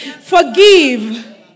Forgive